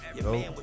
Yo